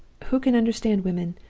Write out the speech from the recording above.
who can understand women?